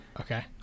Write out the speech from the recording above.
okay